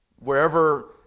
Wherever